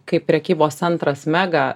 kaip prekybos centras mega